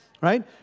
Right